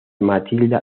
matilda